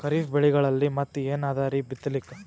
ಖರೀಫ್ ಬೆಳೆಗಳಲ್ಲಿ ಮತ್ ಏನ್ ಅದರೀ ಬಿತ್ತಲಿಕ್?